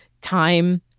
time